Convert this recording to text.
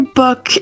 book